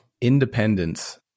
independence